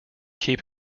keep